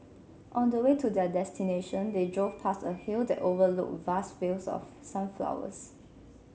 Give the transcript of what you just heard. on the way to their destination they drove past a hill that overlooked vast fields of sunflowers